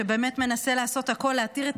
שבאמת מנסה לעשות הכול כדי להתיר את